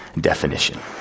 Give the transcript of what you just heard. definition